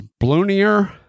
blunier